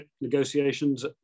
negotiations